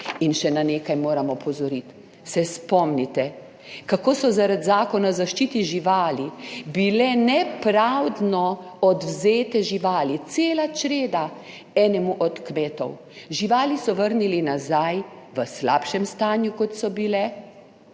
In še na nekaj moram opozoriti, se spomnite kako so, zaradi Zakona o zaščiti živali bile nepravdno odvzete živali, cela čreda enemu od kmetov. Živali so vrnili nazaj v slabšem stanju, kot so bile.